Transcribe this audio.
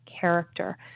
character